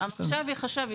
המחשב יחשב.